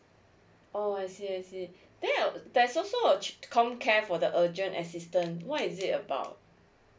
oh I see I see there uh there's also a C O M C A R E for the urgent assistance what is it about